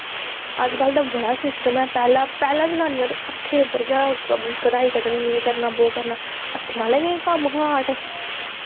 अज्ज कल दा बड़ा सिस्टम ऐ पैह्लैं जनानियां ते हत्थें पर गै कढ़ाई कड्ढने एह् करना बो करनां हत्थें आह्ला गै कम्म हा आर्ट